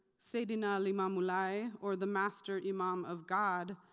seydina limamou laye or the master imam of god,